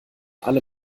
alle